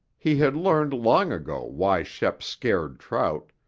he had learned long ago why shep scared trout,